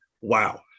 Wow